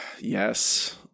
Yes